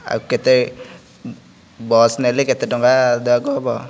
ଆଉ କେତେ ବସ୍ ନେଲେ କେତେ ଟଙ୍କା ଦେବାକୁ ହେବ